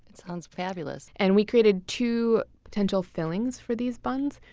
and sounds fabulous and we created two potential fillings for these buns.